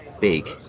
big